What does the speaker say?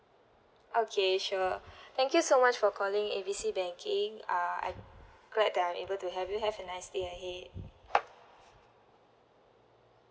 okay sure thank you so much for calling A B C banking uh I glad that I'm able to help you have a nice day ahead